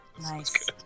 Nice